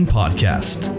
podcast